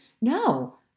no